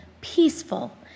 peaceful